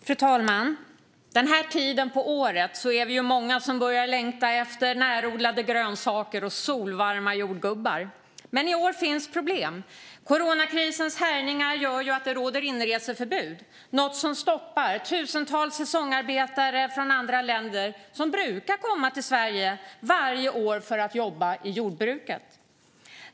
Fru talman! Denna tid på året är vi många som börjar längta efter närodlade grönsaker och solvarma jordgubbar. Men i år finns problem. Coronakrisens härjningar gör att det råder inreseförbud, något som stoppar tusentals säsongsarbetare från andra länder som brukar komma till Sverige varje år för att jobba i jordbruket.